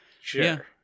Sure